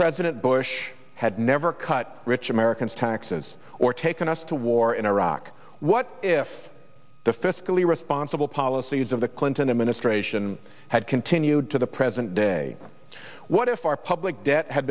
president bush had never cut rich americans taxes or taken us to war in iraq what if the fiscally responsible policies of the clinton administration had continued to the present day what if our public debt had